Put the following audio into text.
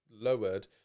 lowered